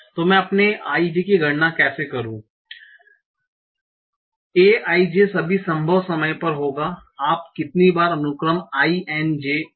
तो मैं अपने i j की गणना कैसे करूं a i j सभी संभव समय पर होगा आप कितनी बार अनुक्रम i n j कर रहे हैं